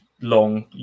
long